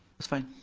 that's fine.